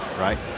right